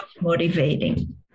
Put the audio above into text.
motivating